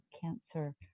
cancer